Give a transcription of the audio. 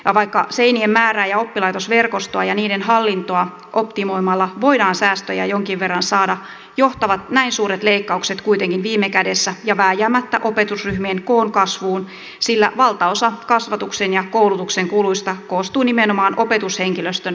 ja vaikka seinien määrää ja oppilaitosten verkostoa ja niiden hallintoa optimoimalla voidaan säästöjä jonkin verran saada johtavat näin suuret leikkaukset kuitenkin viime kädessä ja vääjäämättä opetusryhmien koon kasvuun sillä valtaosa kasvatuksen ja koulutuksen kuluista koostuu nimenomaan opetushenkilöstön palkoista